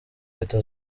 leta